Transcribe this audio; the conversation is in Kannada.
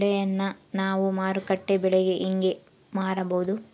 ಬೆಳೆಯನ್ನ ನಾವು ಮಾರುಕಟ್ಟೆ ಬೆಲೆಗೆ ಹೆಂಗೆ ಮಾರಬಹುದು?